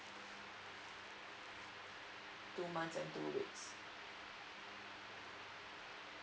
two months and two weeks